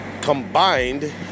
combined